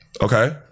Okay